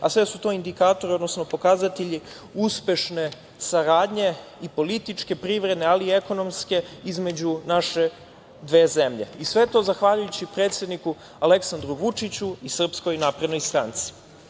Sve su to indikatori, odnosno pokazatelji uspešne saradnje i političke, privredne, ali i ekonomske između naše dve zemlje, i sve to zahvaljujući predsedniku Aleksandru Vučiću i SNS.